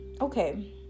Okay